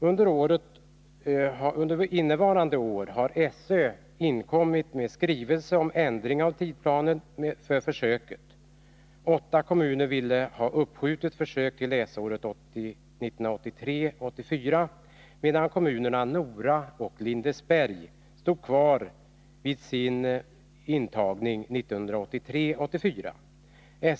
Under innevarande år har SÖ inkommit med skrivelse om ändring av tidsplanen för försöket. Åtta kommuner ville att försöket skulle framskjutas till läsåret 1983 83.